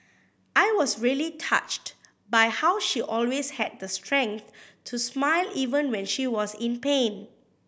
I was really touched by how she always had the strength to smile even when she was in pain